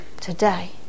Today